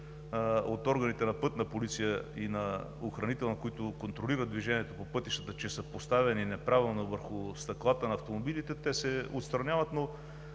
от органите на „Пътна полиция“ и на „Охранителна полиция“, които контролират движението по пътищата, че са поставени неправилно върху стъклата на автомобилите, те се отстраняват. Но,